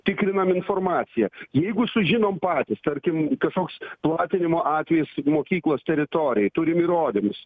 tikrinam informaciją jeigu sužinom patys tarkim kažkoks platinimo atvejis mokyklos teritorijoj turim įrodymus